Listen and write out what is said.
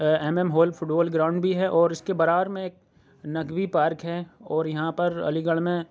M M hall football ground بھی ہے اور اس کے برابر میں نقوی پارک ہے اور یہاں پر علی گڑھ میں